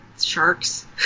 sharks